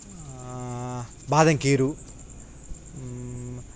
బాదంకీరు